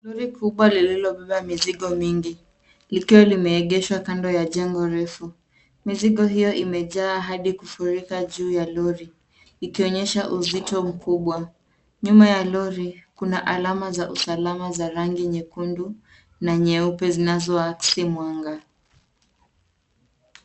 Lori kubwa lililo beba mizigo mingi likawa limeegeshwa kando ya jengo refu. Mizigo hiyo imejaa hadi kufurika juu ya lori ikionyesha uzito mkubwa. Nyuma ya lori kuna alama za usalama za rangi nyekundu na nyeupe zinazoakisi mwanga.